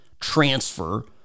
transfer